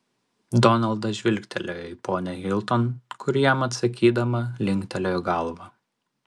donaldas žvilgtelėjo į ponią hilton kuri jam atsakydama linktelėjo galvą